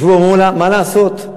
ישבו ואמרו, מה לעשות?